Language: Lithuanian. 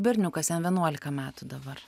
berniukas jam vienuolika metų dabar